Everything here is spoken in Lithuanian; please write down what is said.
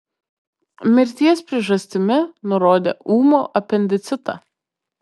mirties priežastimi nurodė ūmų apendicitą